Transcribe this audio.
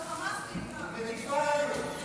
להחזיר את החטופים.